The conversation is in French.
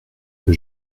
que